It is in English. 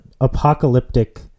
apocalyptic